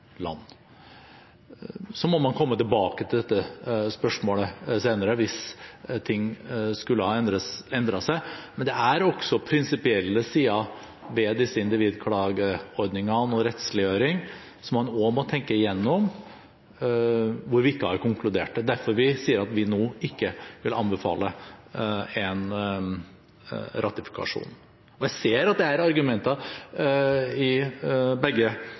land. Så må man komme tilbake til dette spørsmålet senere hvis ting skulle ha endret seg. Men det er også prinsipielle sider ved disse individklageordningene og rettsliggjøring som man også må tenke igjennom, hvor vi ikke har konkludert. Det er derfor vi sier at vi nå ikke vil anbefale en ratifikasjon. Jeg ser at det er argumenter i begge